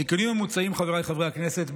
חבריי חברי הכנסת,